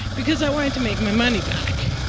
because i wanted to make my money back.